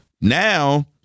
now